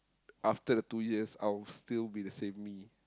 after the two years I'll still be the same me